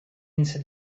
into